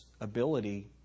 ability